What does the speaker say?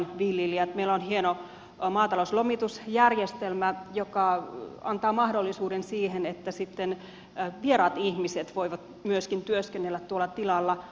meillä on hieno maatalouslomitusjärjestelmä joka antaa mahdollisuuden siihen että sitten vieraat ihmiset voivat myöskin työskennellä tuolla tilalla